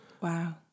Wow